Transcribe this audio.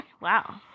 Wow